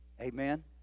Amen